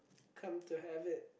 come to have it